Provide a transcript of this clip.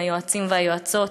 עם היועצים והיועצות.